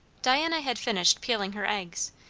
diana had finished peeling her eggs,